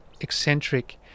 eccentric